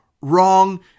wrong